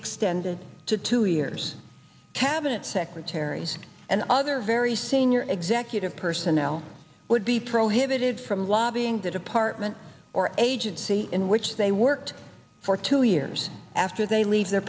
extended to two years cabinet secretaries and other very senior executive personnel would be prohibited from lobbying the department or agency in which they worked for two years after they leave their